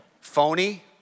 phony